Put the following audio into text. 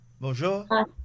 Bonjour